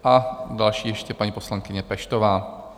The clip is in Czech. A další ještě paní poslankyně Peštová.